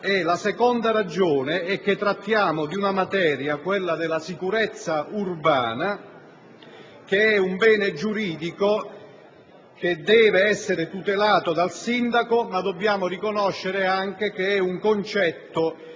in secondo luogo, trattiamo di una materia, quella della sicurezza urbana, che è un bene giuridico che deve essere tutelato dal sindaco, ma dobbiamo riconoscere anche che è un concetto